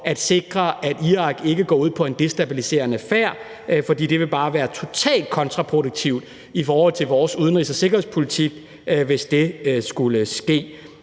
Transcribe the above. at sikre, at Irak ikke går ud på en destabiliserende færd, for det vil bare være totalt kontraproduktivt i forhold til vores udenrigs- og sikkerhedspolitik, hvis det skulle ske.